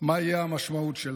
מה תהיה המשמעות שלה.